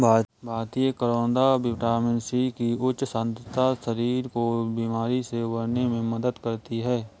भारतीय करौदा vitamin C की उच्च सांद्रता शरीर को बीमारी से उबरने में मदद करती है